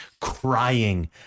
crying